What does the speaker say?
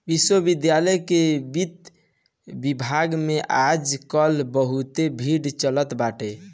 विश्वविद्यालय के वित्त विभाग में आज काल बहुते भीड़ चलत बाटे